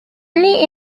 only